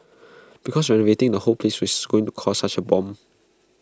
because renovating the whole place is going to cost such A bomb